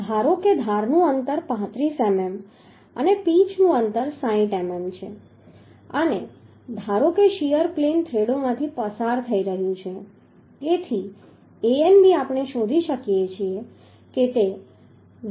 ધારો કે ધારનું અંતર 35 મીમી અને પીચનું અંતર 60 મીમી છે અને ધારો કે શીયર પ્લેન થ્રેડોમાંથી પસાર થઈ રહ્યું છે તેથી Anb આપણે શોધી શકીએ કે તે 0